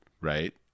right